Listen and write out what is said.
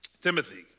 Timothy